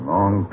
Long